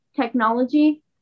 technology